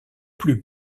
plus